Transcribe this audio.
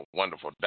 wonderful